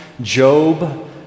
Job